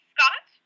Scott